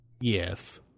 yes